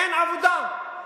אין עבודה.